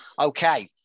Okay